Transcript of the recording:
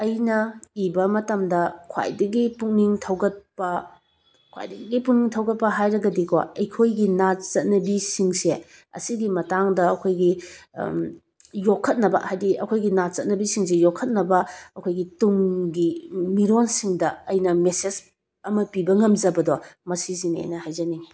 ꯑꯩꯅ ꯏꯕ ꯃꯇꯝꯗ ꯈ꯭ꯋꯥꯏꯗꯒꯤ ꯄꯨꯛꯅꯤꯡ ꯊꯧꯒꯠꯄ ꯈ꯭ꯋꯥꯏꯗꯒꯤ ꯄꯨꯛꯅꯤꯡ ꯊꯧꯒꯠꯄ ꯍꯥꯏꯔꯒꯗꯤꯀꯣ ꯑꯩꯈꯣꯏꯒꯤ ꯅꯥꯠ ꯆꯠꯅꯕꯤꯁꯤꯡꯁꯦ ꯑꯁꯤꯒꯤ ꯃꯇꯥꯡꯗ ꯑꯩꯈꯣꯏꯒꯤ ꯌꯣꯛꯈꯠꯅꯕ ꯍꯥꯏꯗꯤ ꯑꯩꯈꯣꯏꯒꯤ ꯅꯥꯠ ꯆꯠꯅꯕꯤꯁꯤꯡꯁꯦ ꯌꯣꯛꯈꯠꯅꯕ ꯑꯩꯈꯣꯏꯒꯤ ꯇꯨꯡꯒꯤ ꯃꯤꯔꯣꯟꯁꯤꯡꯗ ꯑꯩꯅ ꯃꯦꯁꯦꯁ ꯑꯃ ꯄꯤꯕ ꯉꯝꯖꯕꯗꯣ ꯃꯁꯤꯁꯤꯅꯦꯅ ꯍꯥꯏꯖꯅꯤꯡꯏ